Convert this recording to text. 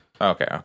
okay